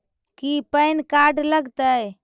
की PAN card लग तै?